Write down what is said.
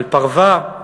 על פרווה.